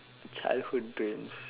childhood dreams